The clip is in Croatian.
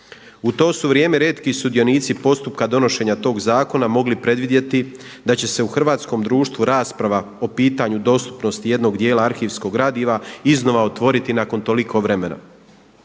U to su vrijeme rijetki sudionici postupka donošenja tog zakona mogli predvidjeti da će se u hrvatskom društvu rasprava o pitanju dostupnosti jednog dijela arhivskog gradiva iznova otvoriti nakon toliko vremena.